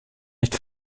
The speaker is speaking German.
nicht